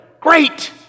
Great